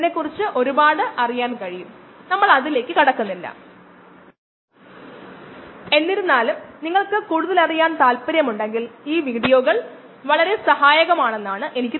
അതിനാൽ മൊത്തം നൈട്രജൻ അളക്കാൻ കഴിയും പ്രോട്ടീനും അളക്കാൻ കഴിയും പക്ഷേ വ്യത്യാസങ്ങളുണ്ടാകും അമിനോ ആസിഡുകൾക്ക് ചില വ്യതിയാനങ്ങളുണ്ട് പക്ഷേ ഇവയെല്ലാം കോശങ്ങളുടെ ഉള്ളടക്കങ്ങൾ അളക്കുന്നതിനുള്ള സ്വീകാര്യമായ രീതികളാണ്